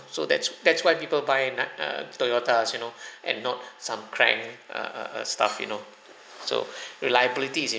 so that's that's why people buy nut~ err Toyotas you know and not some crank err err err stuff you know so reliability is